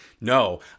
No